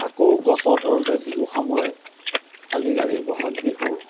আকৌ গছৰ তলতে বিহু সামৰে আজিকালি বহাগ বিহু